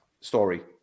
story